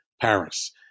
Paris